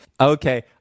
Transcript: Okay